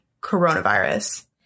coronavirus